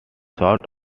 sort